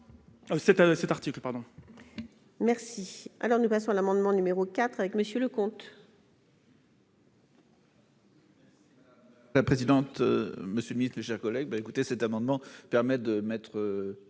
cet article pardon. Merci, alors, nous passons à l'amendement numéro 4 avec Monsieur le